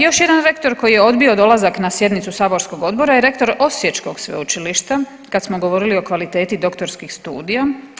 Još jedan rektor koji je odbio dolazak na sjednicu saborskog odbora je rektor Osječkog sveučilišta kad smo govorili o kvaliteti doktorskih studija.